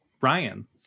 Ryan